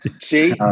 see